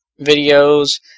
videos